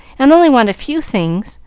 and only want a few things,